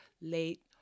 late